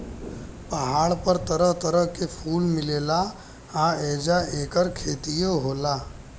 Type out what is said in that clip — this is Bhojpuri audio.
पहाड़ पर तरह तरह के फूल मिलेला आ ऐजा ऐकर खेतियो होला